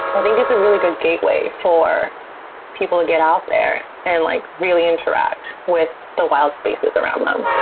i think it's a really good gateway for people to get out there and like really interact with the wild spaces around them.